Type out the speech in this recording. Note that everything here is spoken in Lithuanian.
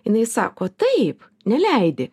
jinai sako taip neleidi